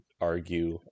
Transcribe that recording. argue